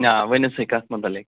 آ ؤنِو سا کَتھ متعلق